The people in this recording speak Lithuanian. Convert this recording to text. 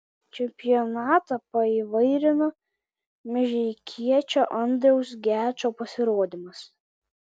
čempionatą paįvairino mažeikiečio andriaus gečo pasirodymas